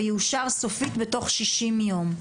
ויאושר סופית בתוך 60 יום.